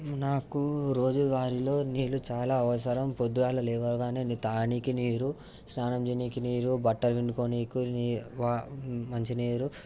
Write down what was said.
నాకు రోజువారీలో నీళ్ళు చాలా అవసరం పొద్దుగల లేవగానే తాగడానికి నీరు స్నానం చేయడానికి నీరు బట్టలు పిండుకోడానికి నీరు వా మంచి నీరు